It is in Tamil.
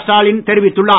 ஸ்டாலின் தெரிவித்துள்ளார்